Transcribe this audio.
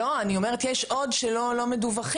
לא, אני אומרת שיש עוד שלא מדווחים.